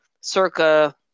circa